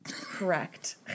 Correct